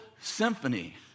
symphony